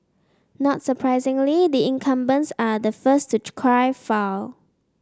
not surprisingly the incumbents are the first to cry foul